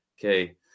Okay